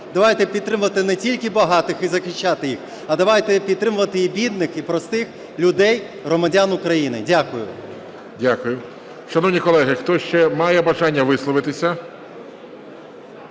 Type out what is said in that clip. Давайте підтримувати не тільки багатих і захищати їх, а давайте підтримувати і бідних, і простих людей – громадян України. Дякую. ГОЛОВУЮЧИЙ. Дякую. Шановні колеги, хтось ще має бажання висловитися?